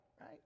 right